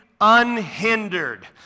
Unhindered